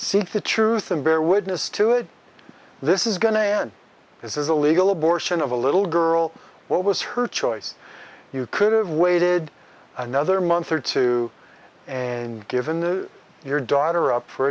seek the truth and bear witness to it this is going to end this is a legal abortion of a little girl what was her choice you could have waited another month or two and given your daughter up for